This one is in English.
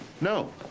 No